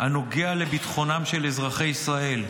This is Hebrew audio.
הנוגע לביטחונם של אזרחי ישראל.